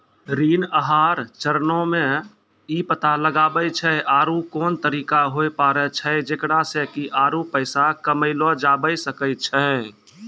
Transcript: ऋण आहार चरणो मे इ पता लगाबै छै आरु कोन तरिका होय पाड़ै छै जेकरा से कि आरु पैसा कमयलो जाबै सकै छै